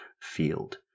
field